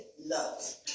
love